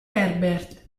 herbert